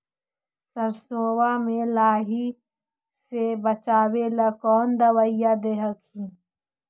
सरसोबा मे लाहि से बाचबे ले कौन दबइया दे हखिन?